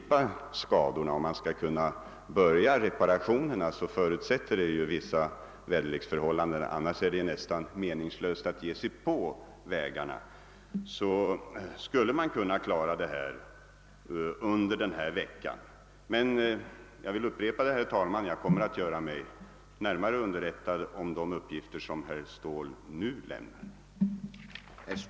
Det är ju så att om man skall kunna påbörja reparationerna, så förutsätter det vissa väderleksförhållanden — annars är det nästan meningslöst att ge sig på vägskadorna. Jag upprepar emellertid att jag kommer att göra mig närmare underrättad om de uppgifter som herr Ståhl här lämnat.